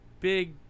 big